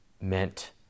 meant